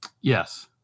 Yes